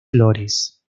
flores